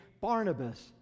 Barnabas